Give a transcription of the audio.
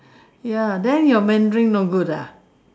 ya then your Mandarin no good ah